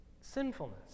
sinfulness